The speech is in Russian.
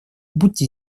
будьте